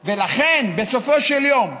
ולכן, בסופו של יום,